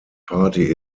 party